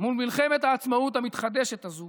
מול מלחמת העצמאות המתחדשת הזאת